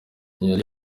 ntiyari